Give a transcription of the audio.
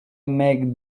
make